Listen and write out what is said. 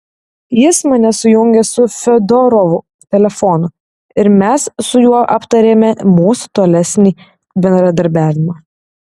jis mane sujungė su fiodorovu telefonu ir mes su juo aptarėme mūsų tolesnį bendradarbiavimą